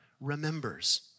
remembers